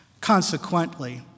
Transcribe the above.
Consequently